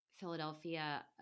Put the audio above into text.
Philadelphia